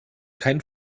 keinen